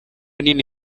nini